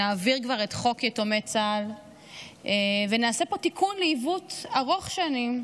נעביר כבר את חוק יתומי צה"ל ונעשה פה תיקון לעיוות ארוך שנים,